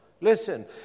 Listen